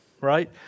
Right